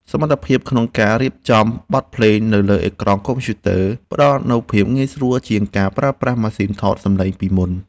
សមត្ថភាពក្នុងការរៀបចំបទភ្លេងនៅលើអេក្រង់កុំព្យូទ័រផ្ដល់នូវភាពងាយស្រួលជាងការប្រើប្រាស់ម៉ាស៊ីនថតសំឡេងពីមុន។